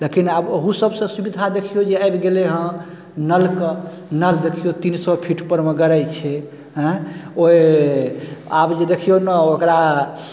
लेकिन आब उहो सबसँ सुविधा देखियौ जे आबि गेलै हँ नलके नल देखियौ तीन सए फीटपर मे गराइ छै आँय ओइ आब जे देखियौ ने ओकरा